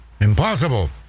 Impossible